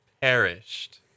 perished